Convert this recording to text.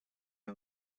une